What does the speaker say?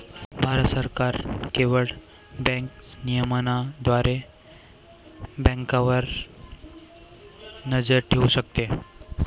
भारत सरकार केवळ बँक नियमनाद्वारे बँकांवर नजर ठेवू शकते